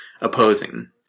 opposing